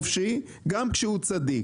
גם כשהוא צדיק.